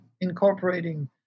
incorporating